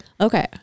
Okay